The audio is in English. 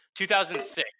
2006